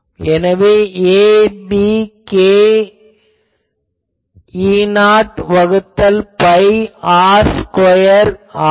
எனவே ab k E0 வகுத்தல் pi r square ஆகும்